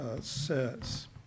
says